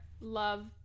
love